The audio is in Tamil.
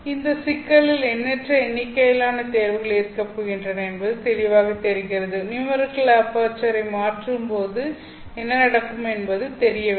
இந்த சிக்கலில் எண்ணற்ற எண்ணிக்கையிலான தேர்வுகள் இருக்கப் போகின்றன என்பது தெளிவாகத் தெரிகிறது நியூமெரிக்கல் அபெர்ச்சரை மாற்றும்போது என்ன நடக்கும் என்பது தெரிய வேண்டும்